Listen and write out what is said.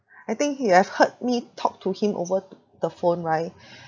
I think you have heard me talk to him over th~ the phone right